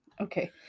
Okay